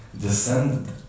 descend